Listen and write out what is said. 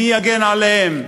מי יגן עליהם?